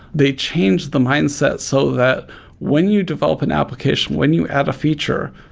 they change the mindset so that when you develop an application, when you add a feature,